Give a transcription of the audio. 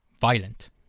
violent